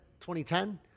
2010